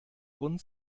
rund